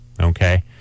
Okay